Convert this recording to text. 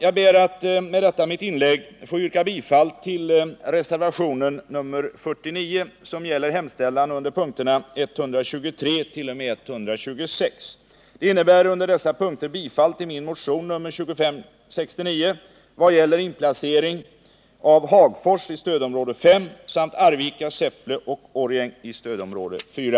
Jag ber med detta mitt inlägg att få yrka bifall till reservationen nr 49, som gäller hemställan under momenten 123t.o.m. 126. I reservationen tillstyrks min motion nr 2569 i vad gäller yrkandena om inplacering av Hagfors i stödområde 5 samt Arvika, Säffle och Årjäng i stödområde 4.